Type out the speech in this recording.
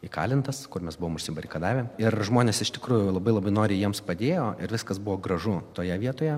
įkalintas kur mes buvome užsibarikadavę ir žmonės iš tikrųjų labai labai noriai jiems padėjo ir viskas buvo gražu toje vietoje